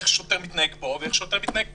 איך שוטר מתנהג פה ואיך שוטר מתנהג פה.